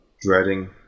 dreading